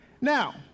Now